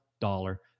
dollar